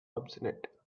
obstinate